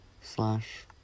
slash